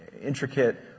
intricate